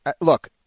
Look